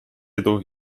edu